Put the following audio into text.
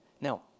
Now